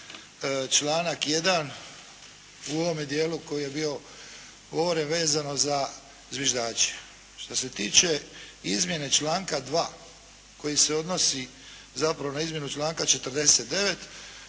članak 1. u ovome dijelu koji je bio, ovo je vezano za zviždače. Što se tiče izmjene članka 2. koji se odnosi zapravo na izmjenu članka 49.